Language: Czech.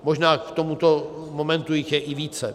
Možná k tomuto momentu jich je i více.